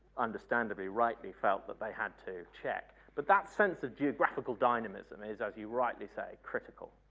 understand to be rightly felt that they had to check. but that sense of geographical dynamism is as you rightly say, critical.